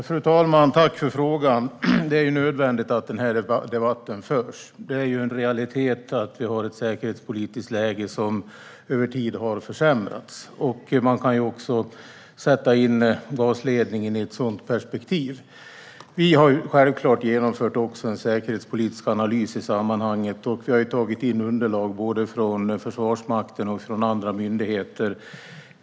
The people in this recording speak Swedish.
Fru talman! Jag tackar för frågan. Det är nödvändigt att denna debatt förs. Det är en realitet att vi har ett säkerhetspolitiskt läge som har försämrats över tid, och man kan sätta in också gasledningen i ett sådant perspektiv. Vi har självklart genomfört en säkerhetspolitisk analys i sammanhanget, och vi har tagit in underlag både från Försvarsmakten och från andra myndigheter.